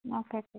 okay okay